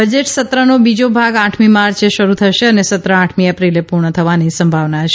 budget સત્રનો બીજો ભાગ આઠમી માર્ચે શરૂ થશે અને સત્ર આઠમી એપ્રિલે પૂર્ણ થવાની સંભાવના છે